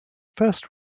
first